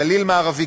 גליל מערבי,